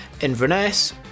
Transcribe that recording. Inverness